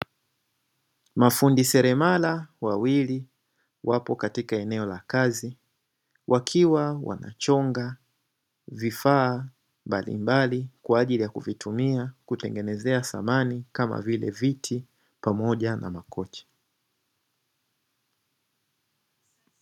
Mafundi seremala wawili wapo katika eneo la kazi, wakiwa wanachonga vifaa mbalimbali kwa ajili ya kuvitumia kutengenezea samani kama vile viti pamoja na makochi.